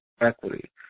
equity